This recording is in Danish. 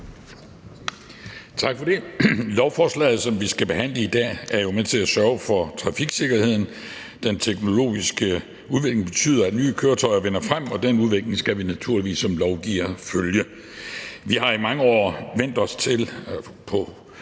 Tak for det. Lovforslaget, som vi skal behandle i dag, er jo med til at sørge for trafiksikkerheden. Den teknologiske udvikling betyder, at nye køretøjer vinder frem, og den udvikling skal vi naturligvis som lovgivere følge. Vi har i mange år vænnet os til, på